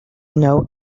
know